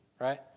right